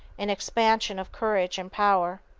an expansion of courage and power.